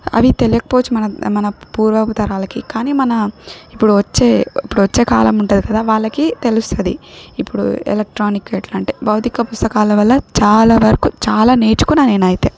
అవి తెలియక పోవచ్చు మన మన పూర్వపు తరాలకి కానీ మన ఇప్పుడు వచ్చే ఇప్పుడు వచ్చే కాలం ఉంటుంది కదా వాళ్ళకి తెలుస్తుంది ఇప్పుడు ఎలక్ట్రానిక్ ఎట్లా అంటే భౌతిక పుస్తకాల వల్ల చాలా వరకు చాలా నేర్చుకున్నా నేనైతే